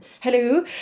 Hello